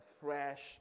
fresh